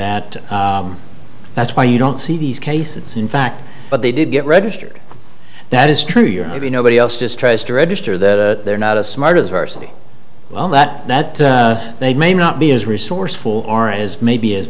that that's why you don't see these cases in fact but they did get registered that is true you're really nobody else just tries to register that they're not as smart as our city well that that they may not be as resourceful or as maybe as